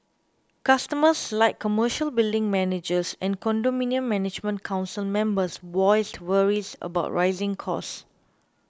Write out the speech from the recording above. customers like commercial building managers and condominium management council members voiced worries about rising costs